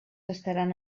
estaran